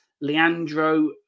Leandro